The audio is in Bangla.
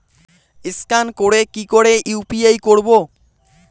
স্ক্যান করে কি করে ইউ.পি.আই করবো?